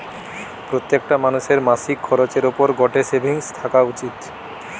প্রত্যেকটা মানুষের মাসিক খরচের পর গটে সেভিংস থাকা উচিত